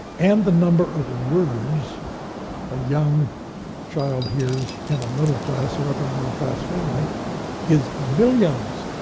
and the number of words a young child hears in a middle class or upper middle class family is millions,